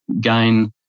gain